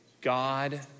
God